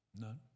None